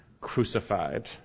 crucified